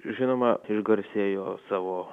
žinoma išgarsėjo savo